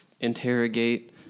interrogate